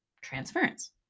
transference